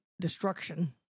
destruction